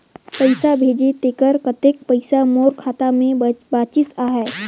पइसा भेजे तेकर कतेक पइसा मोर खाता मे बाचिस आहाय?